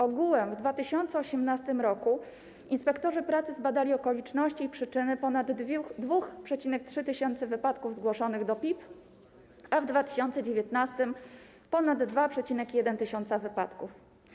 Ogółem w 2018 r. inspektorzy pracy zbadali okoliczności i przyczyny ponad 2,3 tys. wypadków zgłoszonych do PIP, a w 2019 r. - ponad 2,1 tys. wypadków.